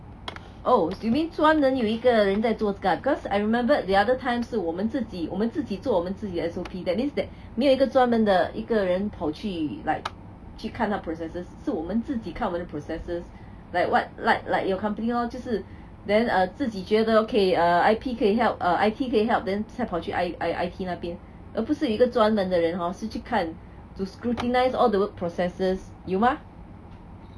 oh you mean 专门有一个人在做这个啊 because I remembered the other time 是我们自己我们自己做我们自己来做 that means that 没有一个专门的一个人跑去 like 去看他 processes 是我们自己看我们的 processes like what like like your company lor 就是 then uh 自己觉得 okay err I_T 可以 help err I_T 可以 help then 再跑去 I I_T 那边而不是有一个专门的人 hor 是去看 to scrutinise all the work processes 有吗